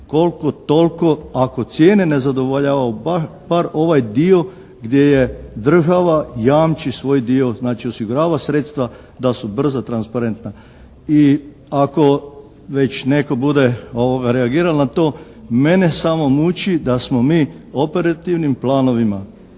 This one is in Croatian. koliko-toliko ako cijene ne zadovoljavaju, bar ovaj dio gdje država jamči svoj dio, znači osigurava sredstva da su brza, transparentna. I ako već netko bude reagirao na to, mene samo muči da smo mi operativnim planovima